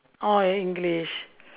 orh english